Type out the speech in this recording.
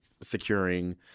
securing